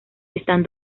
están